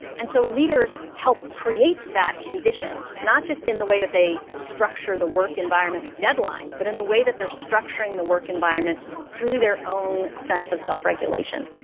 and so leaders help create that condition, not just in the way that they structure the work environment with deadlines but in the way that they're structuring the work environment through their own sense of self-regulation.